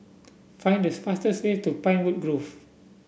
find this fastest way to Pinewood Grove